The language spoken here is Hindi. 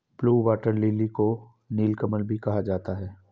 ब्लू वाटर लिली को नीलकमल भी कहा जाता है